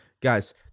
guys